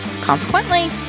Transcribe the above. consequently